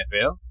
NFL